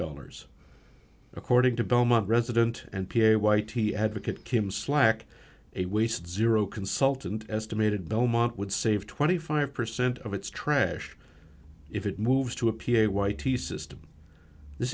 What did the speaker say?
dollars according to belmont resident n p a y t advocate kim slack a waste zero consultant estimated belmont would save twenty five percent of its trash if it moves to a p h y t system